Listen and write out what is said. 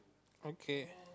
okay